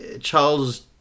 Charles